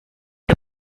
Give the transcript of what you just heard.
the